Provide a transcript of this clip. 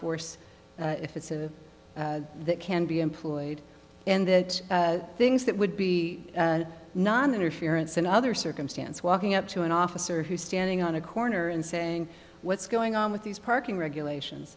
force if it's a that can be employed and that things that would be noninterference in other circumstance walking up to an officer who's standing on a corner and saying what's going on with these parking regulations